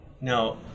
No